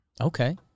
Okay